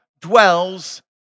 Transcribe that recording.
dwells